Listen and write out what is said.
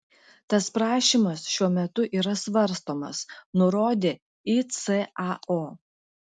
tas prašymas šiuo metu yra svarstomas nurodė icao